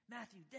Matthew